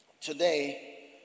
today